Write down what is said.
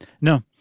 No